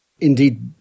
Indeed